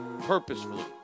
purposefully